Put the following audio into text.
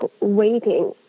waiting